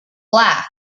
black